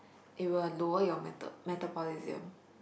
it will lower your meta~ metabolism